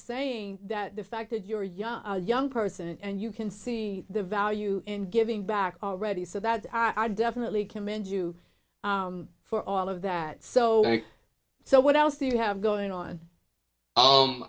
saying that the fact that you're young young person and you can see the value in giving back already so that i definitely commend you for all of that so like so what else do you have going on